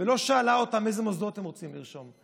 ולא שאלה אותם לאיזה מוסדות הם רוצים לרשום אותם.